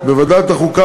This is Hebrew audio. בוועדת החוקה,